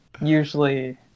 usually